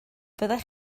fyddech